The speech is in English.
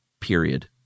period